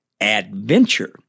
adventure